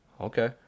Okay